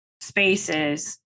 spaces